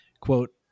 quote